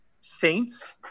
Saints